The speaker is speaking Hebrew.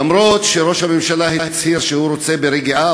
אף-על-פי שראש הממשלה הצהיר שהוא רוצה ברגיעה,